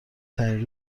ترین